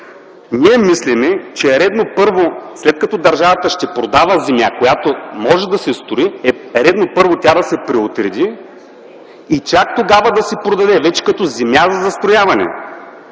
редно, първо, след като държавата ще продава земя, на която може да се строи, е редно първо тя да се преотреди и чак тогава да се продаде вече като земя за застрояване.